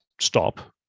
stop